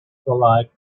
twilight